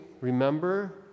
remember